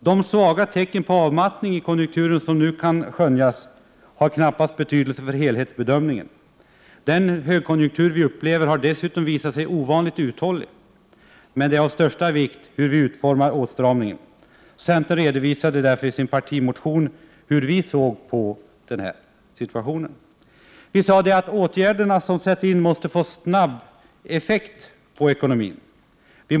De svaga tecken på avmattning i konjunkturen som nu kan skönjas har knappast betydelse för helhetsbedömningen. Den högkonjunktur vi upplever har dessutom visat sig vara ovanligt uthållig. Men det är av största vikt hur vi utformar åtstramningen. Centern redovisade därför i sin partimotion hur vi såg på den här situationen: —- De åtgärder som sätts in måste få snabb effekt på ekonomin.